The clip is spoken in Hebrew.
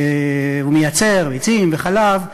ומייצר ביצים וחלב,